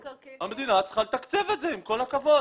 המדינה צריכה לתקצב את זה, עם כל הכבוד.